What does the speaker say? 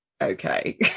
okay